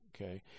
Okay